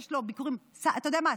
אתה יודע מה?